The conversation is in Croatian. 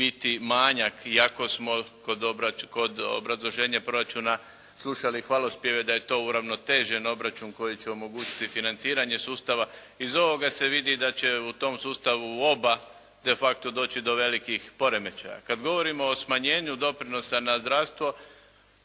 biti manjak iako smo kod obrazloženja proračuna slušali hvalospjeve da je to uravnotežen obračun koji će omogućiti financiranje sustava. Iz ovoga se vidi da će u tom sustavu u oba de facto doći do velikih poremećaja. Kad govorimo o smanjenju doprinosa na zdravstvo